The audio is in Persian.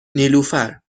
نیلوفر